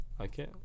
Okay